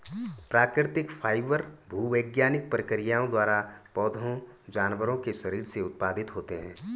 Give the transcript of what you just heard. प्राकृतिक फाइबर भूवैज्ञानिक प्रक्रियाओं द्वारा पौधों जानवरों के शरीर से उत्पादित होते हैं